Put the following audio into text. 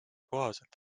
kohaselt